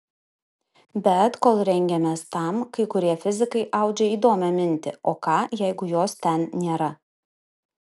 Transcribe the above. bet kol rengiamės tam kai kurie fizikai audžia įdomią mintį o ką jeigu jos ten nėra